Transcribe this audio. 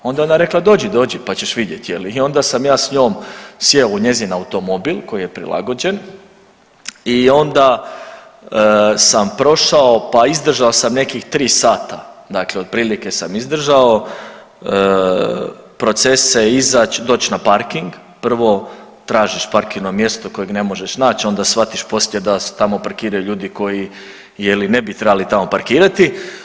Onda je ona rekla dođi, dođi pa ćeš vidjet i onda sam ja s njim sjeo u njezin automobil koji je prilagođen i onda sam prošao pa izdržao sam nekih tri sata dakle otprilike sam izdržao procese izać, doć na parking, prvo traćiš parkirno mjesto kojeg ne možeš nać onda shvatiš poslije da se tamo parkiraju ljudi koji ne bi trebali tamo parkirati.